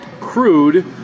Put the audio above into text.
Crude